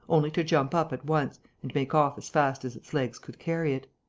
only to jump up at once and make off as fast as its legs could carry it.